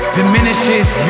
diminishes